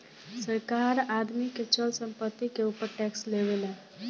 सरकार आदमी के चल संपत्ति के ऊपर टैक्स लेवेला